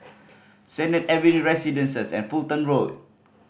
Sennett Avenue Residences and Fulton Road